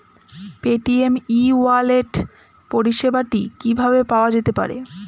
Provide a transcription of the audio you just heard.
Paytm e wallet পরিষেবাটি কিভাবে পাওয়া যেতে পারে?